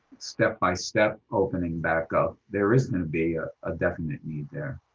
step-by-step opening back up, there is going to be a ah definite need there.